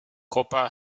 copper